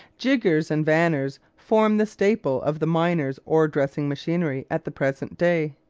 jiggers and vanners form the staple of the miner's ore-dressing machinery at the present day.